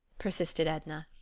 persisted edna.